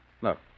Look